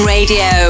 Radio